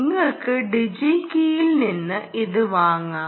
നിങ്ങൾക്ക് ഡിജി കീയിൽ നിന്ന് ഇത് വാങ്ങാം